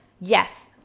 yes